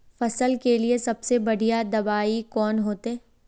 फसल के लिए सबसे बढ़िया दबाइ कौन होते?